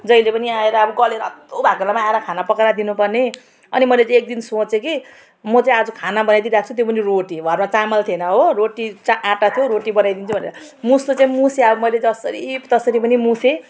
जहिले पनि आएर अब गलेर हत्तु भएको बेलामा आएर खाना पकाएर दिनुपर्ने अनि मैले चाहिँ एक दिन सोचेँ कि म चाहिँ आज खाना बनाइदिई राख्छु त्यो पनि रोटी घरमा चामल थिएन हो रोटी आँटा थियो रोटी बनाइदिन्छु भनेर मुछ्न चाहिँ मुछेँ अब मैले जसरीतसरी पनि मुछेँ